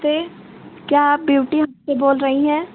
क्या आप ब्यूटी से बोल रही हैं